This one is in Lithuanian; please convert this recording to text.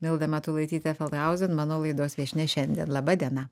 milda matulaitytė feldhausen mano laidos viešnia šiandien laba diena